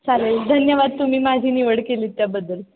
चालेल धन्यवाद तुम्ही माझी निवड केली त्याबद्दल